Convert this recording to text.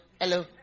hello